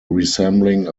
resembling